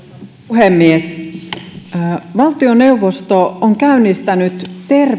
puhemies valtioneuvosto on käynnistänyt